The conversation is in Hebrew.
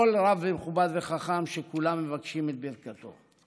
כל רב מכובד וחכם שכולם מבקשים את ברכתו.